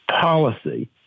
policy